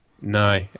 no